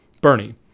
Bernie